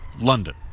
London